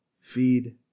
feed